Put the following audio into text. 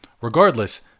Regardless